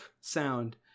sound